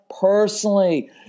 personally